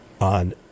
on